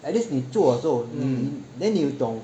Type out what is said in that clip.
at least 你做的时候做你你 then 你有懂